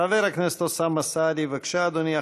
חבר הכנסת אוסאמה סעדי, בבקשה, אדוני.